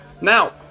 Now